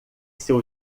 seu